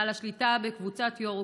בעל השליטה בקבוצת יורוקום,